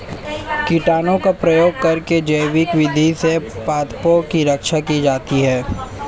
कीटनाशकों का प्रयोग करके जैविक विधि से पादपों की रक्षा की जाती है